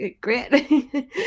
great